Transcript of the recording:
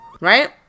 right